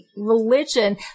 religion